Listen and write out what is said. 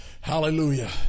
hallelujah